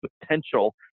potential